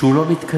שהוא לא מתכנס.